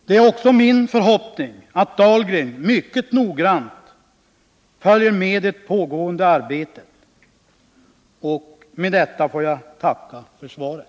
Det är min förhoppning att Anders Dahlgren mycket noggrant följer det pågående arbetet. Med detta får jag tacka för svaret.